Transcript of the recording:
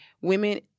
women